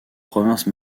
provinces